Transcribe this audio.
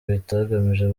bitagamije